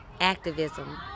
activism